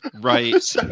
Right